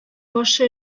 башы